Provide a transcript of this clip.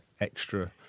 extra